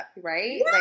right